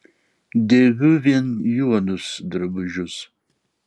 dėviu vien juodus drabužius